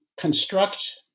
construct